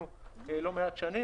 לא קרה כלום.